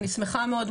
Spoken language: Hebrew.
אני שמחה מאוד,